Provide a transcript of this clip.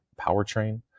powertrain